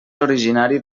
originari